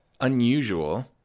unusual